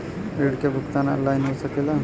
ऋण के भुगतान ऑनलाइन हो सकेला?